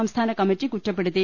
സംസ്ഥാനക മ്മിറ്റി കുറ്റപ്പെടുത്തി